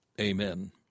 Amen